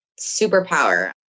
superpower